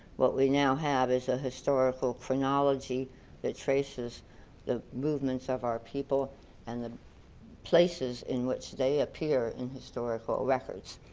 what we now have is a historical chronology that traces the movements of our people and the places in which they appear in historical records,